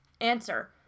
Answer